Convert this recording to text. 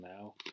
now